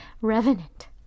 Revenant